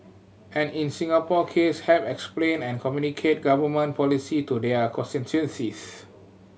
and in Singapore case help explain and communicate Government policy to their constituencies